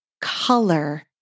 color